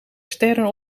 sterren